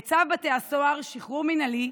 בצו בתי הסוהר (שחרור מינהלי)